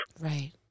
Right